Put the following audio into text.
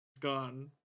Gone